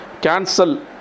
cancel